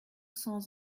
sans